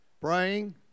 Praying